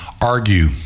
argue